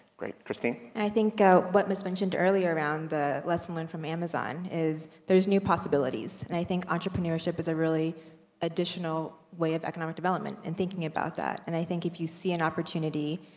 great. christine. and i think, ah, what was mentioned earlier around the lesson learned from amazon is there's new possibilities. and i think entrepreneurship is a really additional way of economic development, and thinking about that. and i think if you see an opportunity,